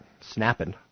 snapping